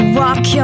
walk